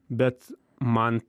bet man